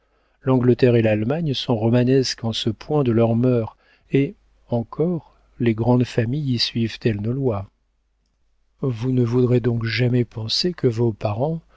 l'angleterre et l'allemagne sont romanesques en ce point de leurs mœurs et encore les grandes familles y suivent elles nos lois vous ne voudrez donc jamais penser que vos parents